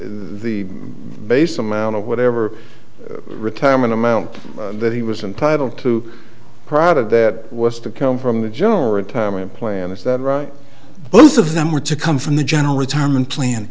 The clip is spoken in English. the base amount of whatever retirement amount that he was entitled to product that was to come from the joe retirement plan is that right both of them were to come from the general retirement plan